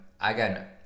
again